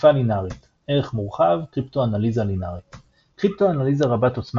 התקפה ליניארית ערך מורחב – קריפטואנליזה ליניארית קריפטואנליזה רבת עוצמה